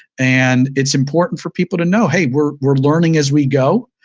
and it's important for people to know, hey, we're we're learning as we go.